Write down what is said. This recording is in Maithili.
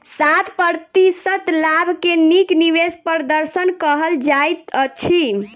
सात प्रतिशत लाभ के नीक निवेश प्रदर्शन कहल जाइत अछि